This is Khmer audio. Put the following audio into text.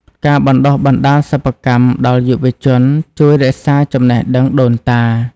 ការបណ្តុះបណ្តាលសិប្បកម្មដល់យុវជន ជួយរក្សាចំណេះដឹងដូនតា។